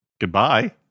Goodbye